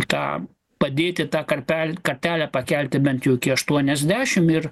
tą padėti tą karpel kartelę pakelti bent jau iki aštuoniasdešim ir